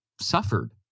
suffered